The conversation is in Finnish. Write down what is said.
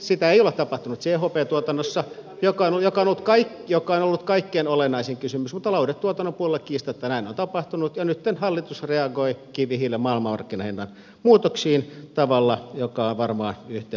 sitä ei ole tapahtunut chp tuotannossa joka on ollut kaikkein olennaisin kysymys mutta lauhdetuotannon puolella kiistatta näin on tapahtunut ja nytten hallitus reagoi kivihiilen maailmanmarkkinahinnan muutoksiin tavalla joka on varmaan yhteinen etumme